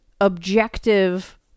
objective